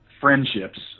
friendships